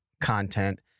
content